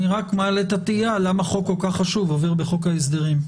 אני רק מעלה את התהייה למה חוק כל כך חשוב עובר בחוק ההסדרים.